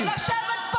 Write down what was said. ממלכתית?